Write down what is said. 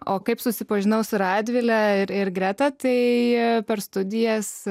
o kaip susipažinau su radvile ir ir greta tai per studijas